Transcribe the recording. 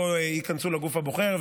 לא ייכנסו לגוף הבוחר,